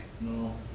no